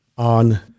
on